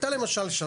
אתה למשל,